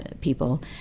people